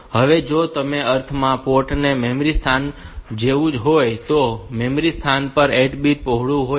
હવે જો તે અર્થમાં પોર્ટ તે મેમરી સ્થાન જેવું જ હોય તો મેમરી સ્થાન પણ 8 બીટ પહોળું હોય છે